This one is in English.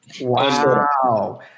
Wow